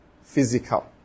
physical